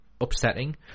upsetting